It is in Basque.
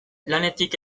lanetik